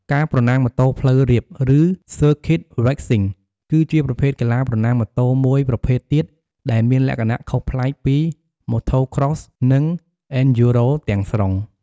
ការប្រណាំងម៉ូតូផ្លូវរាប ឬ ស៊ើរឃីត រេសស៊ីង (Circuit Racing) គឺជាប្រភេទកីឡាប្រណាំងម៉ូតូមួយប្រភេទទៀតដែលមានលក្ខណៈខុសប្លែកពី Motocross និង អេនឌ្យូរ៉ូ (Enduro) ទាំងស្រុង។